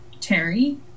Terry